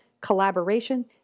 collaboration